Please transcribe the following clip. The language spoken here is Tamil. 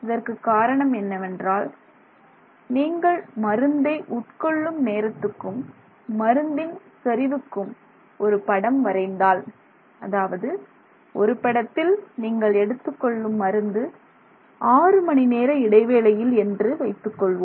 இதற்குக் காரணம் என்னவென்றால் நீங்கள் மருந்தை உட்கொள்ளும் நேரத்துக்கும் மருந்தின் செறிவுக்கும் ஒரு படம் வரைந்தால் அதாவது ஒரு படத்தில் நீங்கள் எடுத்துக் கொள்ளும் மருந்து 6 மணி நேர இடைவேளையில் என்று வைத்துக்கொள்வோம்